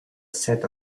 sat